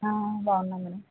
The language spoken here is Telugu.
బాగున్నాను మేడం